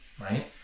right